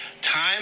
Time